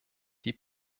die